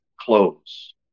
clothes